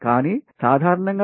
కానీ సాధారణంగా ఇది 10